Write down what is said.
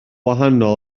wahanol